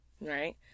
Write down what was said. right